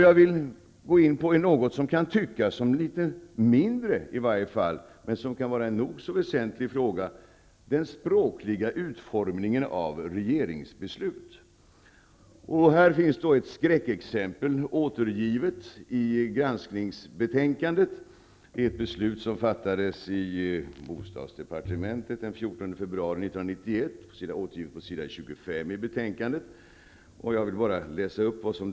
Jag vill gå in på något som kan tyckas vara en mindre fråga men som är nog så väsentligt. Det gäller den språkliga utformningen av regeringsbeslut. Ett skräckexempel återfinns i granskningsbetänkandet. Det gäller ett beslut som fattades i bostadsdepartementet den 14 februari 1991. Det här finns återgivet på s. 25 i betänkandet, del 1.